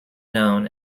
known